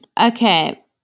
okay